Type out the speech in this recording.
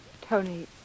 Tony